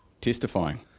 Testifying